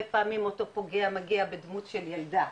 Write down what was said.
פעמים אותו פוגע מגיע בדמות של ילדה,